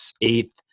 eighth